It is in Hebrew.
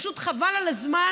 פשוט חבל על הזמן,